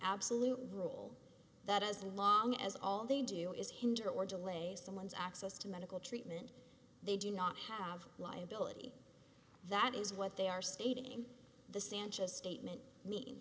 absolute rule that as long as all they do is hinder or delays someone's access to medical treatment they do not have liability that is what they are stating the stanchest statement me